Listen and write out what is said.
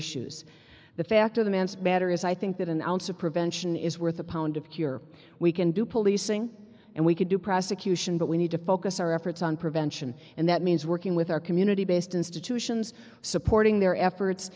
issues the fact of the manse matter is i think that an ounce of prevention is worth a pound of cure we can do policing and we can do prosecution but we need to focus our efforts on prevention and that means working with our community based institutions supporting their efforts